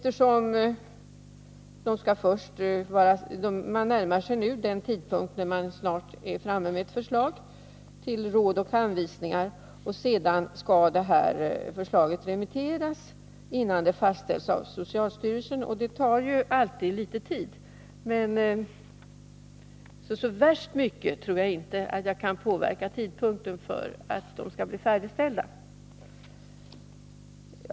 Man närmar sig nu en tidpunkt då man är framme med ett förslag till råd och anvisningar, och sedan skall det förslaget remitteras, innan det fastställs av socialstyrelsen. Det tar ju alltid litet tid, och jag tror därför inte att jag kan påverka tidpunkten för färdigställandet så värst mycket.